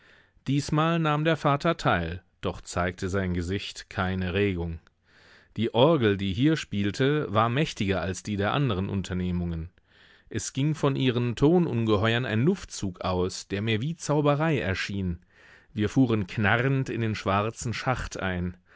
diesmal nahm der vater teil doch zeigte sein gesicht keine regung die orgel die hier spielte war mächtiger als die der anderen unternehmungen es ging von ihren tonungeheuern ein luftzug aus der mir wie zauberei erschien wir fuhren knarrend in den schwarzen schacht ein